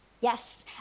Yes